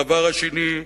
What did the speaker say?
הדבר השני,